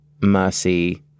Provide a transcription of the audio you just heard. mercy